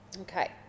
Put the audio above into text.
Okay